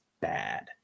bad